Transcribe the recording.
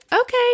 okay